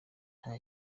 nta